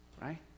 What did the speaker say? right